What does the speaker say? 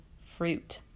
fruit